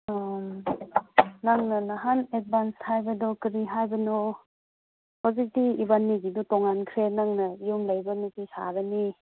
ꯅꯪꯅ ꯅꯍꯥꯟ ꯑꯦꯗꯚꯥꯟꯁ ꯊꯥꯕꯗꯣ ꯀꯔꯤ ꯍꯥꯏꯕꯅꯣ ꯍꯧꯖꯤꯛꯇꯤ ꯏꯕꯥꯅꯤꯒꯤꯗꯣ ꯇꯣꯉꯥꯟꯈ꯭ꯔꯦ ꯅꯪꯅ ꯌꯨꯝ ꯂꯩꯕ ꯅꯨꯄꯤ ꯁꯥꯔꯅꯤ